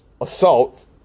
assault